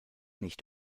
nicht